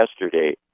yesterday